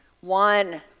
One